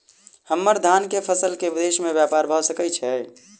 हम्मर धान केँ फसल केँ विदेश मे ब्यपार भऽ सकै छै?